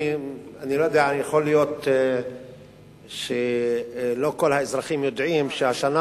יכול להיות שלא כל האזרחים יודעים שהשנה